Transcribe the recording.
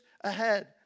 ahead